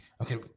Okay